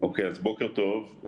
בוקר טוב.